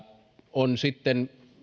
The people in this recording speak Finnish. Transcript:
on sitten